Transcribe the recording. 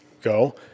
go